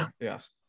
Yes